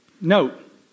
Note